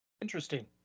Interesting